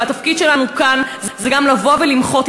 והתפקיד שלנו כאן זה גם לבוא ולמחות.